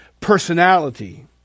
personality